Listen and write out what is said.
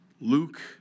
Luke